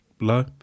low